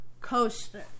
Coaster